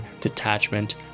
detachment